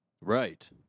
Right